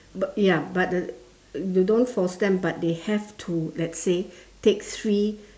but ya but they they don't force them but they have to let's say take three